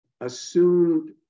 assumed